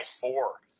four